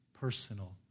personal